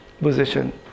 position